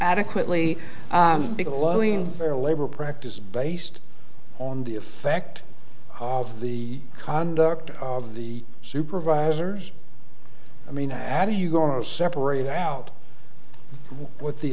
adequately their labor practices based on the effect of the conduct of the supervisors i mean how do you go our separate out what the